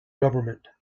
government